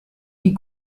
die